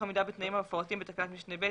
עמידה בתנאים המפורטים בתקנת משנה (ב),